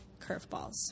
curveballs